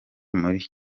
muri